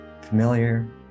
familiar